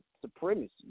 supremacy